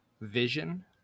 vision